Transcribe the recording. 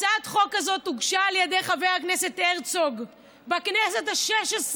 הצעת החוק הזאת הוגשה על ידי חבר הכנסת הרצוג בכנסת השש-עשרה,